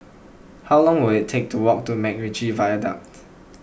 how long will it take to walk to MacRitchie Viaduct